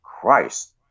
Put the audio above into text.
Christ